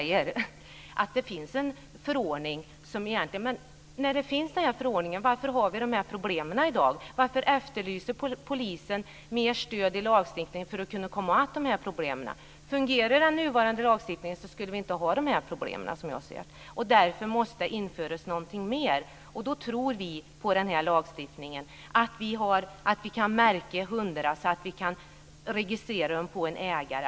Fru talman! Det är som Eskil Erlandsson säger, att det finns en förordning. Men varför har vi då dessa problem i dag? Varför efterlyser polisen mer stöd i lagstiftningen för att kunna komma till rätta med dessa problem? Fungerade den nuvarande lagstiftningen skulle vi inte ha dessa problem, som jag ser det. Därför måste man införa någonting ytterligare, och då tror vi på införandet av en lag om märkning och registrering av hundar.